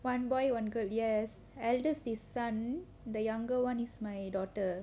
one boy one girl yes eldest is son the younger one is my daughter